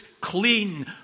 clean